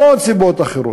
המון סיבות אחרות,